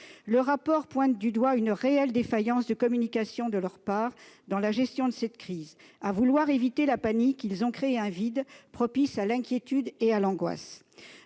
d'enquête pointe du doigt une réelle défaillance de communication de la part de ces derniers dans la gestion de cette crise. À vouloir éviter la panique, ils ont créé un vide propice à l'inquiétude et à l'angoisse.